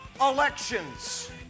elections